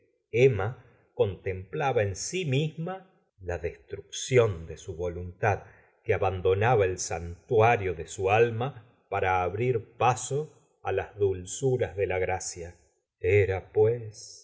emma contemplaba en sí misma la destrucción de su voluntad que abandonaba el santuario de su alma para abrir paso á las dulzuras de la gracia era pues